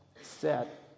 set